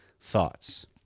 Thoughts